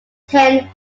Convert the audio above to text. ten